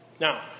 Now